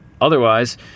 Otherwise